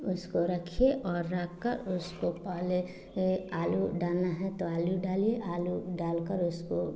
उसको रखिए और रखकर उसको पहले आलू डालना है तो आलू डालिए आलू डालकर उसको